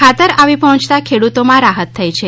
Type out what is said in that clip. ખાતર આવી પહોચતાં ખેડૂતોમાં રાહત થઇ છે